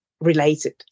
related